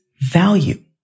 value